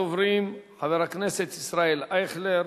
ראשון הדוברים, חבר הכנסת ישראל אייכלר,